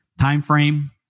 timeframe